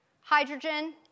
Hydrogen